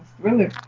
thriller